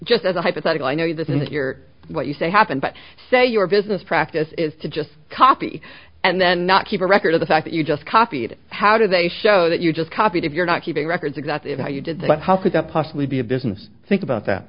just as a hypothetical i know you this is that you're what you say happened but say your business practice is to just copy and then not keep a record of the fact that you just copied how do they show that you just copied if you're not keeping records exactly how you did but how could that possibly be a business think about that